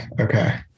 Okay